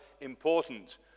important